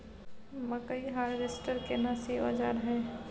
मकई हारवेस्टर केना सी औजार हय?